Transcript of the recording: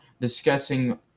discussing